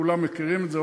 וכולם מכירים את זה,